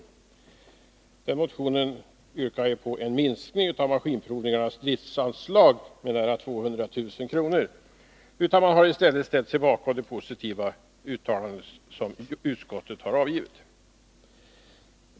I den motionen yrkas ju en minskning av maskinprovningarnas driftsanslag med 182 000 kr. Reservanterna har i stället ställt sig bakom det positiva uttalande som utskottet har avgivit.